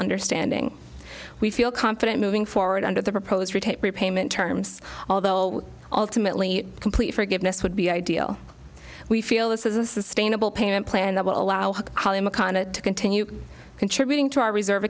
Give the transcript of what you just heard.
understanding we feel confident moving forward under the proposed repayment term although ultimately complete forgiveness would be ideal we feel this is a sustainable payment plan that will allow kalima condit to continue contributing to our reserve